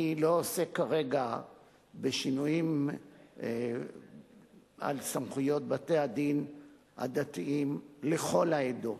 אני לא עוסק כרגע בשינויים בסמכויות בתי-הדין הדתיים לכל העדות.